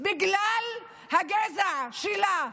בגלל הגזע שלה?